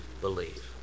believe